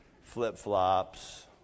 flip-flops